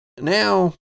now